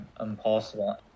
impossible